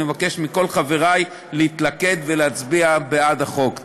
אני מבקש מכל חברי להתלכד ולהצביע בעד החוק.